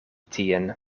tien